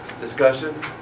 Discussion